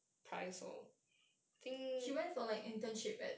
she went for like internship at